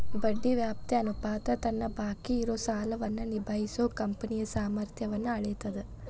ಬಡ್ಡಿ ವ್ಯಾಪ್ತಿ ಅನುಪಾತ ತನ್ನ ಬಾಕಿ ಇರೋ ಸಾಲವನ್ನ ನಿಭಾಯಿಸೋ ಕಂಪನಿಯ ಸಾಮರ್ಥ್ಯನ್ನ ಅಳೇತದ್